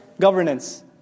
governance